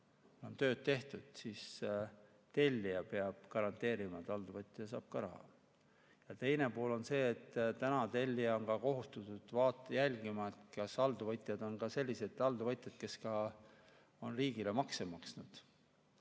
on tööd tehtud, siis tellija peab garanteerima, et alltöövõtja saab ka raha. Teine pool on see, et tellija on kohustatud jälgima, kas alltöövõtjad on sellised alltöövõtjad, kes on ka riigile makse maksnud.